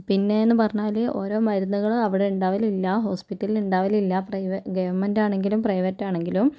പിന്നേന്ന് പറഞ്ഞാല് ഓരോ മരുന്നുകള് അവിടെ ഉണ്ടാവലില്ല ഹോസ്പ്പിറ്റലില് ഉണ്ടാവലില്ല പ്രൈവ ഗവൺമെൻറ്റാണെങ്കിലും പ്രൈവറ്റാണെങ്കിലും